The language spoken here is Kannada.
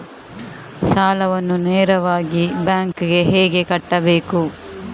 ಸಾಲವನ್ನು ನೇರವಾಗಿ ಬ್ಯಾಂಕ್ ಗೆ ಹೇಗೆ ಕಟ್ಟಬೇಕು?